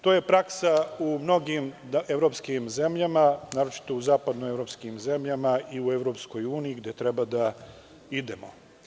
To je praksa u mnogim evropskim zemljama, naročito u zapadnoevropskim zemljama i u EU, gde treba da idemo.